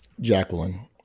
Jacqueline